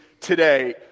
today